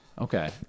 Okay